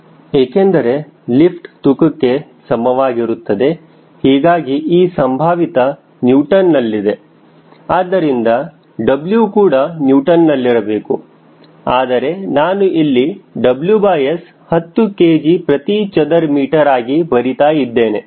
ಏಕೆಂದರೆ ಲಿಫ್ಟ್ ತೂಕಕ್ಕೆ ಸಮವಾಗಿರುತ್ತದೆ ಹೀಗಾಗಿ ಈ ಸಂಭಾವಿತ ನ್ಯೂಟನ್ ನಲ್ಲಿದೆ ಆದ್ದರಿಂದ W ಕೂಡ ನ್ಯೂಟನ್ ನಲ್ಲಿರಬೇಕು ಆದರೆ ನಾನು ಇಲ್ಲಿ WS 10 kgm2 ಆಗಿ ಬರೀತಾ ಇದ್ದೇನೆ